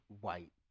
White